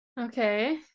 Okay